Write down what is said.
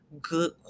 Good